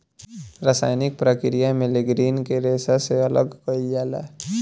रासायनिक प्रक्रिया में लीग्रीन के रेशा से अलग कईल जाला